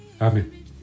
Amen